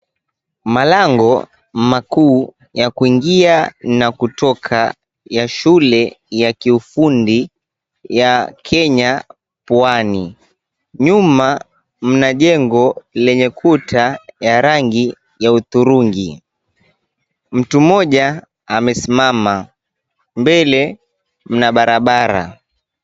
malango makuu ya kuingia na kutoka ya shule ya kiufundi ya kenya pwani nyuma mna jengo yenye rangi ya turungi, mtu mmoja amesimama mbele mna barabara.